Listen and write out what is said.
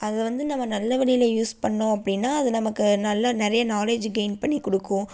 அதை வந்து நம்ம நல்ல வழியில் யூஸ் பண்ணோம் அப்டினா அது நமக்கு நல்லா நிறைய நாலேஜ்ஜி கெயின் பண்ணி கொடுக்கும்